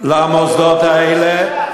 למוסדות האלה,